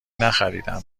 نخریدهام